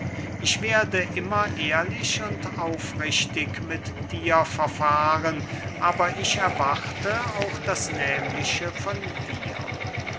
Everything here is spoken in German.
ich werde immer ehrlich und aufrichtig mit dir verfahren aber ich erwarte auch das nehmliche von dir